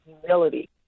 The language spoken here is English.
humility